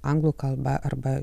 anglų kalba arba